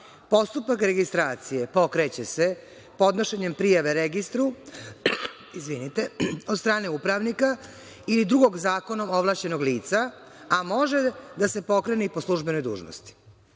postupak registracije pokreće se podnošenjem prijave registru od strane upravnika ili drugog zakonom ovlašćenog lica, a može da se pokrene i po službenoj dužnosti.